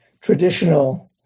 traditional